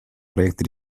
проекты